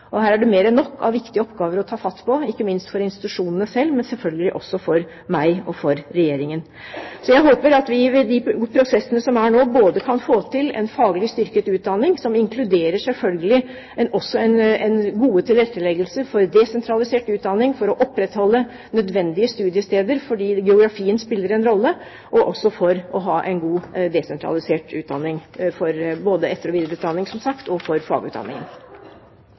Her er det mer enn nok av viktige oppgaver å ta fatt på, ikke minst for institusjonene selv, men selvfølgelig også for meg og for Regjeringen. Så jeg håper at vi ved de prosessene som er nå, både kan få til en faglig styrket utdanning, som selvfølgelig også inkluderer gode tilretteleggelser for desentralisert utdanning for å opprettholde nødvendige studiesteder, fordi geografien spiller en rolle, og som sagt også en god, desentralisert utdanning for både etter- og videreutdanning og for fagutdanning. Debatten som